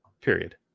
Period